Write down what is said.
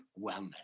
wellness